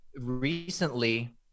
Recently